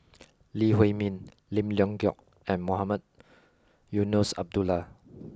Lee Huei Min Lim Leong Geok and Mohamed Eunos Abdullah